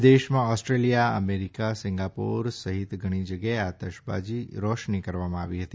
વિદેશમાં Australia America Singapore સહિત ઘણી જગ્યાએ આતશબાજી રોશની કરવામાં આવી હતી